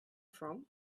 from